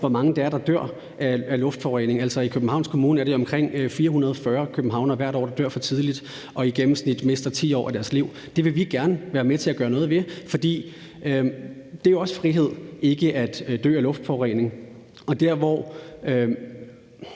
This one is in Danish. hvor mange det er, der dør af luftforurening. I Københavns Kommune er det omkring 440 københavnere hvert år, der dør for tidligt og i gennemsnit mister 10 år af deres liv. Det vil vi gerne være med til at gøre noget ved, for det er jo også frihed ikke at dø af luftforurening. Jeg ved